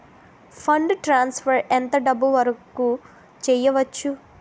Fund transfer ఎంత డబ్బు వరుకు చేయవచ్చు?